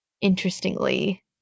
interestingly